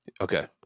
Okay